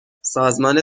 سازمان